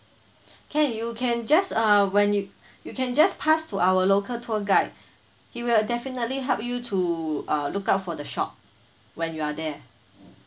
can you can just uh when you you can just pass to our local tour guide he will definitely help you to uh look out for the shop when you're there